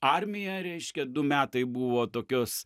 armiją reiškia du metai buvo tokios